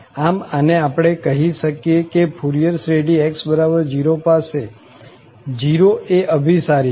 આમ આને આપણે કહી શકીએ કે ફુરિયર શ્રેઢી x0 પાસે 0 એ અભિસારી છે